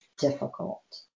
difficult